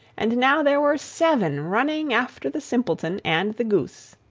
and now there were seven running after the simpleton and the goose.